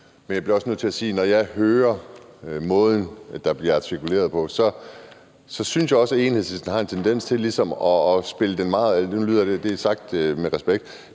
Men jeg bliver også nødt til at sige, at når jeg hører den måde, der bliver artikuleret på, synes jeg også, at Enhedslisten har en tendens til ligesom at spille sådan lidt – og det er sagt med respekt